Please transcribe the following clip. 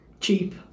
cheap